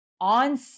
on